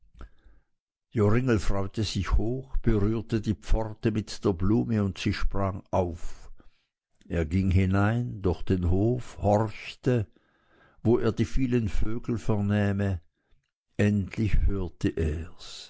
joringel freute sich hoch berührte die pforte mit der blume und sie sprang auf er ging hinein durch den hof horchte wo er die vielen vögel vernähme endlich hörte ers er